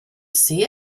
see